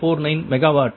49 megawatt